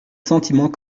sentiments